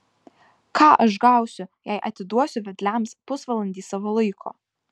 ką aš gausiu jei atiduosiu vedliams pusvalandį savo laiko